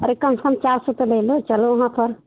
अरे कम से कम चार सौ तो ले लो चलो वहाँ पर